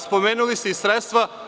Spomenuli ste i sredstva.